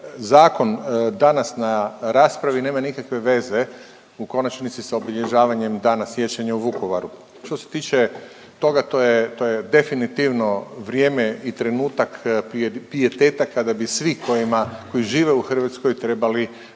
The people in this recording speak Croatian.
zakon danas na raspravi nema nikakve veze u konačnici sa obilježavanjem Dana sjećanja u Vukovaru. Što se tiče toga to je definitivno vrijeme i trenutak pijeteta kada bi svi kojima, koji žive u Hrvatskoj trebali